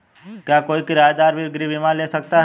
क्या कोई किराएदार भी गृह बीमा ले सकता है?